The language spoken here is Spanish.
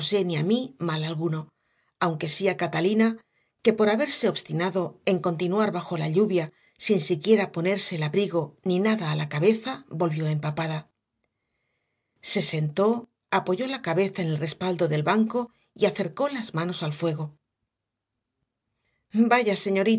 ni a mí mal alguno aunque sí a catalina que por haberse obstinado en continuar bajo la lluvia sin siquiera ponerse el abrigo ni nada a la cabeza volvió empapada se sentó apoyó la cabeza en el respaldo del banco y acercó las manos al fuego vaya señorita